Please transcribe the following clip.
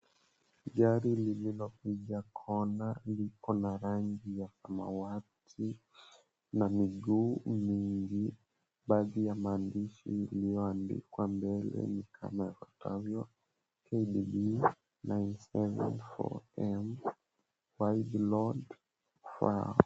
Gari lililopiga kona liko na rangi ya samawati na miguu nyingi baadhi ya maandishi iliyoandikwa mbele ni kama yafuatavyo, KBU 974 M Wide Load Faw.